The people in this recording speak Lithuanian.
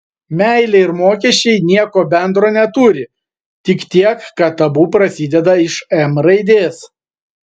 meilė ir mokesčiai nieko bendro neturi tik tiek kad abu prasideda iš m raidės